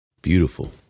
Beautiful